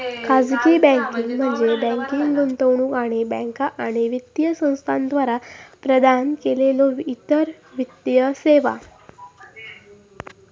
खाजगी बँकिंग म्हणजे बँकिंग, गुंतवणूक आणि बँका आणि वित्तीय संस्थांद्वारा प्रदान केलेल्यो इतर वित्तीय सेवा